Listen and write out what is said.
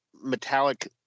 metallic